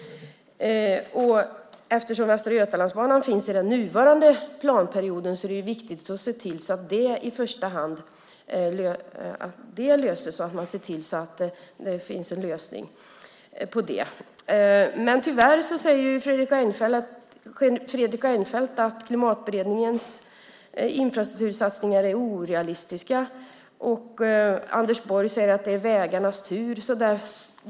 Eftersom västra Götalandsbanan finns i den nuvarande planperioden är det viktigt att se till att det finns en lösning. Tyvärr säger Fredrik Reinfeldt att Klimatberedningens infrastruktursatsningar är orealistiska, och Anders Borg säger att det är vägarnas tur.